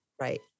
Right